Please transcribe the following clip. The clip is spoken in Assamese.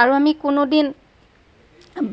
আৰু আমি কোনো দিন